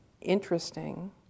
interesting